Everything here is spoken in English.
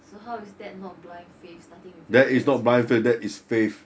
so how is that not blind faith starting with you dad as well